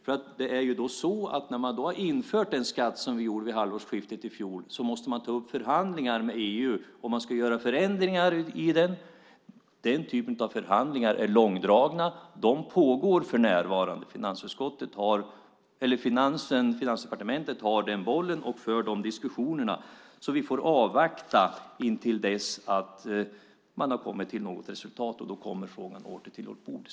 När man har infört den skatt som vi införde vid halvårsskiftet i fjol måste man nämligen ta upp förhandlingar med EU om man ska göra förändringar i den. Sådana förhandlingar är långdragna. De pågår för närvarande. Finansdepartementet har den bollen och för dessa diskussioner. Vi får alltså avvakta tills man har kommit fram till något resultat. Då kommer frågan åter till vårt bord.